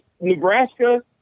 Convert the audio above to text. Nebraska